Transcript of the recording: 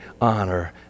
honor